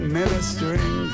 ministering